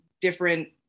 different